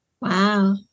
Wow